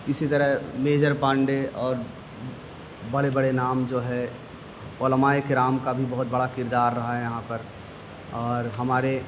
اسی طرح میجر پانڈے اور بڑے بڑے نام جو ہیں علمائے اکرام کا بھی بہت بڑا کردار رہا ہے یہاں پر اور ہمارے